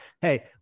hey